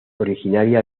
originaria